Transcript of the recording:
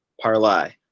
parlay